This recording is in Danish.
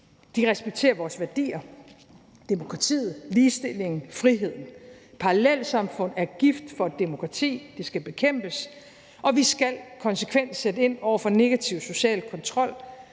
de respekterer vores værdier, demokratiet, ligestillingen, friheden. Parallelsamfund er gift for et demokrati, det skal bekæmpes, og vi skal konsekvent sætte ind over for negativ social kontrol,